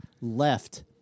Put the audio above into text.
left